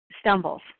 stumbles